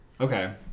Okay